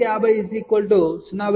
2 10500